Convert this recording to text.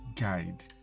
guide